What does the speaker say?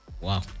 Wow